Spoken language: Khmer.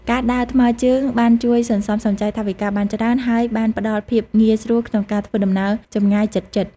ការដើរថ្មើរជើងបានជួយសន្សំសំចៃថវិកាបានច្រើនហើយបានផ្តល់ភាពងាយស្រួលក្នុងការធ្វើដំណើរចម្ងាយជិតៗ។